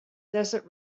desert